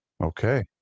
Okay